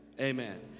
amen